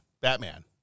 Batman